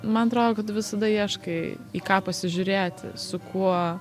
man atrodo kad tu visada ieškai į ką pasižiūrėti su kuo